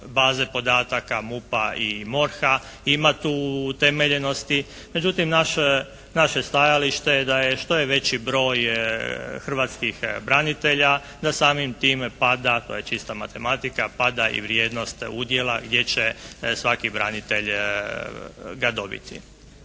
baze podataka MUP-a i MORH-a. Ima tu utemeljenosti, međutim naše stajalište je da je što je veći broj hrvatskih branitelja da samim tim pada, to je čista matematika, pada i vrijednost udjela gdje će svaki branitelj ga dobiti.